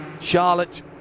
Charlotte